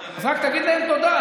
אז רק תגיד להם תודה,